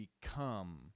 become